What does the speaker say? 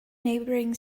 neighbouring